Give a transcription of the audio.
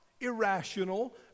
irrational